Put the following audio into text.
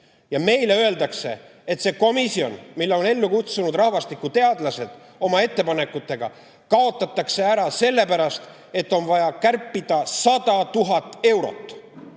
Meile öeldakse, et see komisjon, mille on ellu kutsunud rahvastikuteadlased oma ettepanekutega, kaotatakse ära sellepärast, et on vaja kärpida 100 000 eurot.